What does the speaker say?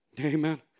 amen